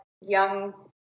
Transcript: young